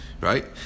Right